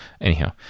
Anyhow